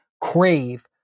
crave